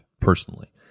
personally